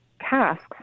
tasks